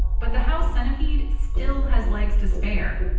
but the house centipede still has legs to spare.